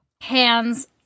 Hands